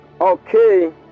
okay